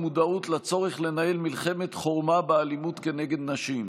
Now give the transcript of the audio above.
המודעות לצורך לנהל מלחמת חורמה באלימות כנגד נשים,